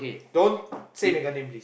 don't say that guy name please